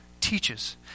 teaches